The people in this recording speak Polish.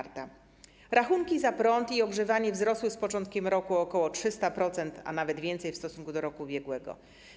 Rachunki za prąd i ogrzewanie wzrosły z początkiem roku o ok. 300%, a nawet więcej, w stosunku do roku ubiegłego.